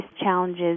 challenges